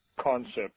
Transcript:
concept